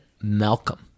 Malcolm